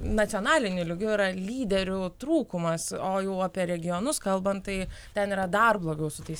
nacionaliniu lygiu yra lyderių trūkumas o jau apie regionus kalbant tai ten yra dar blogiau su tais